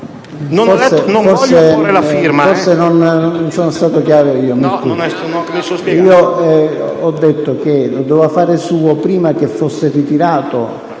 ho detto che lo doveva fare suo prima che fosse ritirato.